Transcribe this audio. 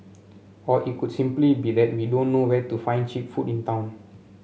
or it could simply be that we don't know where to find cheap food in town